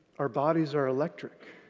our bodies are electric.